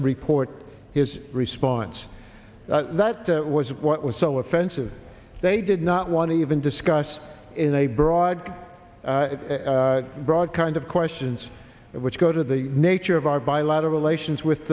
to report his response that was what was so offensive they did not want to even discuss in a broad broad kinds of questions which go to the nature of our bilateral relations with